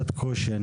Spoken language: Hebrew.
אני